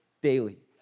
daily